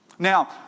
Now